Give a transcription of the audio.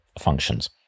functions